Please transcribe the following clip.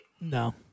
No